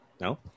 no